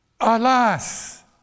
alas